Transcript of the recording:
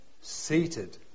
seated